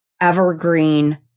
evergreen